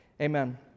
Amen